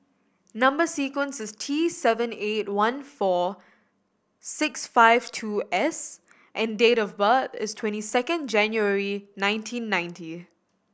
number sequence is T seven eight one four six five two S and date of birth is twenty second January nineteen ninety